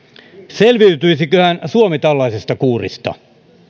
selviytyisiköhän suomi tällaisesta kuurista